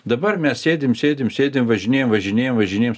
dabar mes sėdim sėdim sėdim važinėjam važinėjma važinėjam